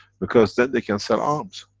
because then they can sell arms.